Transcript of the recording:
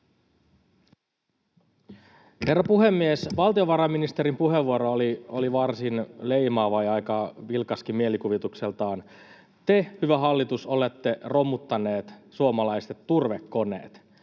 Herra puhemies! Valtiovarainministerin puheenvuoro oli varsin leimaava ja aika vilkaskin mielikuvitukseltaan. Te, hyvä hallitus, olette romuttaneet suomalaiset turvekoneet.